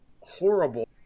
horrible